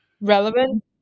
Relevant